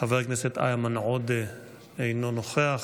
חבר הכנסת איימן עודה, אינו נוכח,